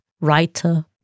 writer